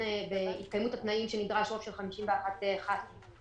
בהתקיימות התנאים שנדרש רוב של 51 חברי כנסת.